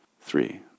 three